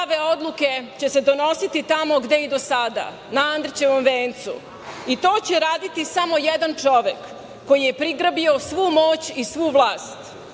Prave odluke će se donositi tamo gde i do sada, na Andrićevom vencu. To će raditi samo jedan čovek koji je prigrabio svu moć i svu vlast. To